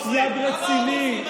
סייג רציני,